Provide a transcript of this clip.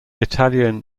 italian